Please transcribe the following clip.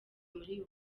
muri